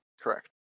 correct